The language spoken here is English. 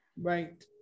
right